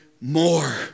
more